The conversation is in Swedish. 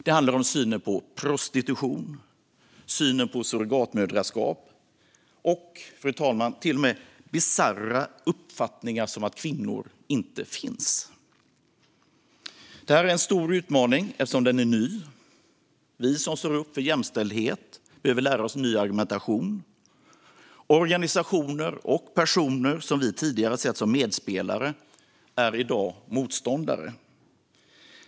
Det handlar om synen på prostitution, synen på surrogatmödraskap och till och med bisarra uppfattningar som att kvinnor inte finns. Detta är en stor utmaning, eftersom den är ny. Vi som står upp för jämställdhet behöver lära oss en ny argumentation. Organisationer och personer som vi tidigare har sett som medspelare är i dag motståndare.